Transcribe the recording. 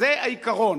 זה העיקרון.